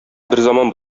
берзаман